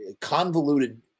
convoluted